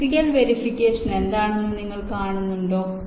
physical verification എന്താണെന്ന് നിങ്ങൾ കാണുന്നുണ്ടോ